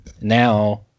now